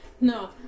No